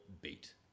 beat